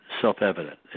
Self-evident